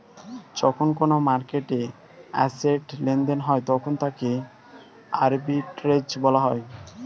যখন কোনো মার্কেটে অ্যাসেট্ লেনদেন হয় তখন তাকে আর্বিট্রেজ বলা হয়